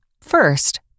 First